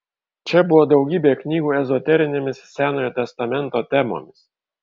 čia buvo daugybė knygų ezoterinėmis senojo testamento temomis